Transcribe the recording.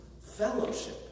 fellowship